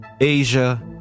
Asia